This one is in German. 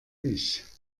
ich